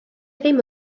ddim